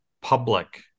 public